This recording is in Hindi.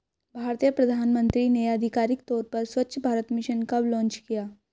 भारतीय प्रधानमंत्री ने आधिकारिक तौर पर स्वच्छ भारत मिशन कब लॉन्च किया?